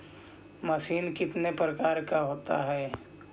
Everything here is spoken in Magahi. मशीन कितने प्रकार का होता है?